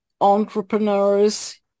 entrepreneurs